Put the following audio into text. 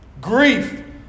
grief